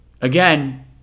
Again